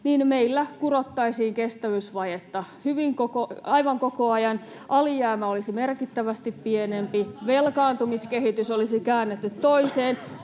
sijaan, meillä kurottaisiin kestävyysvajetta aivan koko ajan. Alijäämä olisi merkittävästi pienempi, [Välihuutoja sosiaalidemokraattien